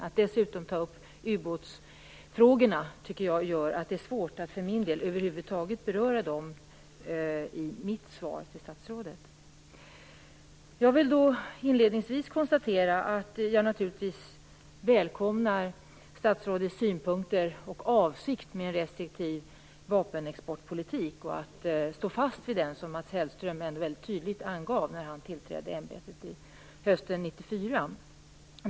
Att dessutom ta upp ubåtsfrågorna tycker jag gör att det är svårt att över huvud taget beröra dem i mitt svar till statsrådet. Jag vill inledningsvis konstatera att jag naturligtvis välkomnar statsrådets synpunkter och avsikt med en restriktiv vapenexportpolitik, och att han står fast vid den. Mats Hellström angav detta väldigt tydligt när han tillträdde ämbetet hösten 94.